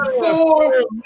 four